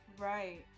right